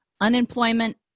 unemployment